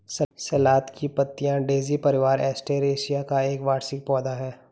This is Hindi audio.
सलाद की पत्तियाँ डेज़ी परिवार, एस्टेरेसिया का एक वार्षिक पौधा है